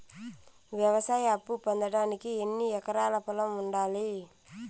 వ్యవసాయ అప్పు పొందడానికి ఎన్ని ఎకరాల పొలం ఉండాలి?